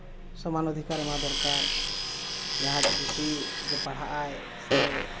ᱥᱚᱢᱟᱱ ᱚᱫᱷᱤᱠᱟᱨ ᱮᱢᱟ ᱫᱚᱨᱠᱟᱨ ᱡᱟᱦᱟᱸ ᱟᱡ ᱠᱩᱥᱤ ᱯᱟᱲᱦᱟᱜᱼᱟᱭ ᱥᱮ